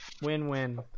win-win